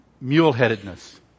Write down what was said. mule-headedness